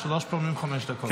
שלוש פעמים חמש דקות.